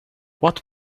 what